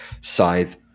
scythe